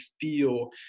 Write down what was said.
feel